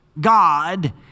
God